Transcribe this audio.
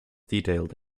detailed